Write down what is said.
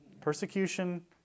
Persecution